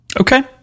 okay